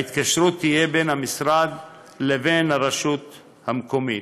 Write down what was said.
ההתקשרות תהיה בין המשרד לבין הרשות המקומית.